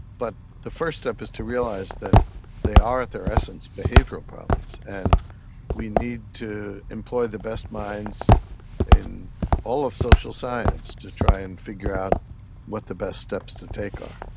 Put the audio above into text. but the first step is to realise that they are at their essence behavioural problems, and we need to employ the best minds in all of social science to try and figure out what the best steps to take are.